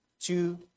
two